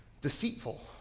deceitful